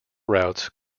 routes